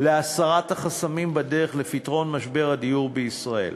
להסרת החסמים בדרך לפתרון משבר הדיור בישראל.